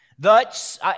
Thus